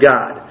God